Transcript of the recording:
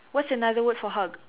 what's another word for hug